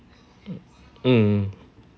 mm